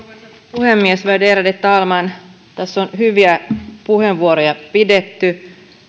puhemies värderade talman tässä on hyviä puheenvuoroja pidetty